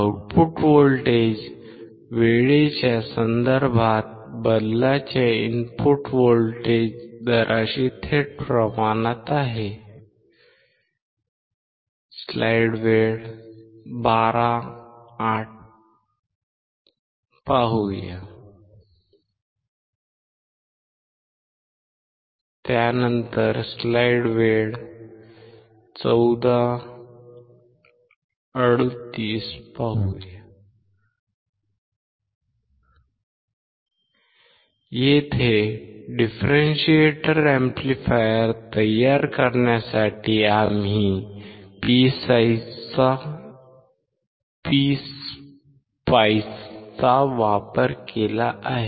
output voltage वेळेच्या संदर्भात बदलाच्या इनपुट व्होल्टेज दराशी थेट प्रमाणात आहे येथे डिफरेंशिएटर अॅम्प्लिफायर तयार करण्यासाठी आम्ही PSpice चा वापर केला आहे